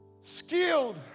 Skilled